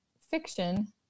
fiction